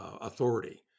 authority